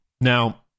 now